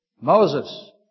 Moses